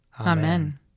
Amen